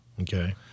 Okay